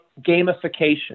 gamification